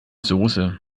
soße